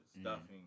stuffing